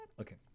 Okay